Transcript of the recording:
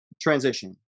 transition